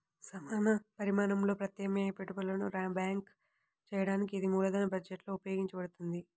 సమాన పరిమాణంలో ప్రత్యామ్నాయ పెట్టుబడులను ర్యాంక్ చేయడానికి ఇది మూలధన బడ్జెట్లో ఉపయోగించబడుతుంది